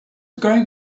going